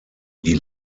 die